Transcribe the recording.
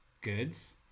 goods